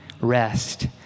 rest